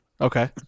Okay